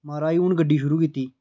माराज हून गड्डी शुरू कीती